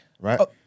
Right